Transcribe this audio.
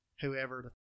whoever